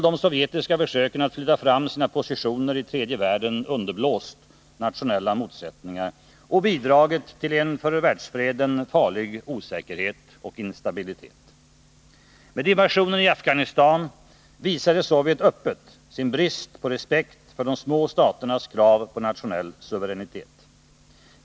de sovjetiska försöken att flytta fram sina positioner i tredje världen underblåst nationella motsättningar och bidragit till en för världsfreden farlig osäkerhet och instabilitet. Med invasionen i Afghanistan visade Sovjet öppet sin brist på respekt för de små staternas krav på nationell suveränitet.